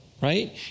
right